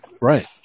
Right